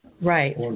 right